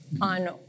on